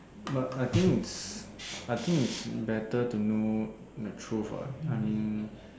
but I think it's I think it's better to know the truth ah I mean